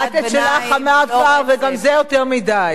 את את שלך אמרת כבר, וגם זה יותר מדי.